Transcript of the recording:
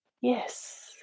yes